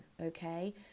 Okay